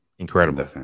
Incredible